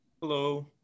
Hello